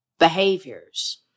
behaviors